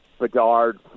Bedard